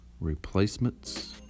replacements